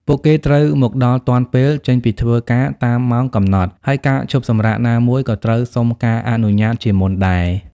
ពួកគេត្រូវមកដល់ទាន់ពេល ចេញពីធ្វើការតាមម៉ោងកំណត់ ហើយការឈប់សម្រាកណាមួយក៏ត្រូវសុំការអនុញ្ញាតជាមុនដែរ។